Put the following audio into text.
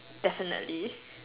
definitely